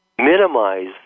minimize